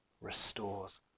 restores